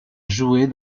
jouer